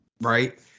Right